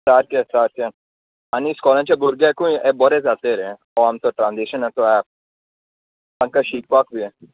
सारकें सारकें आनी इश्कोलाचे भुरग्यांकूय हें बरें जातलें रे हो आमचो ट्रान्सलेशनाचो एप तांकां शिकपाक बी